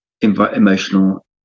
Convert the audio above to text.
emotional